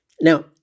Now